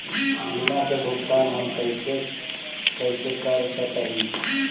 बीमा के भुगतान हम कैसे कैसे कर सक हिय?